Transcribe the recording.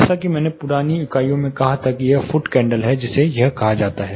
जैसा कि मैंने पुरानी इकाइयों में कहा था कि यह फुट कैंडल है जिसे यह कहा जाता है